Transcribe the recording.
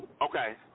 Okay